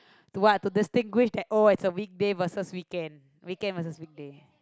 to what to distinguish that oh it's a weekday versus weekend weekend versus weekday